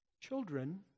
Children